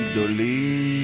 ah early